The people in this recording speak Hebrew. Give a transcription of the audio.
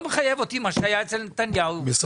לא ראיתי שניסו לעשות איזה שהם שינויים.